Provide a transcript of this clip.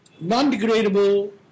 non-degradable